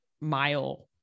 mile